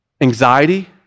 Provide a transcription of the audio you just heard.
anxiety